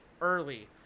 early